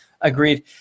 Agreed